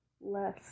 Less